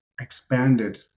expanded